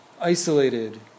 isolated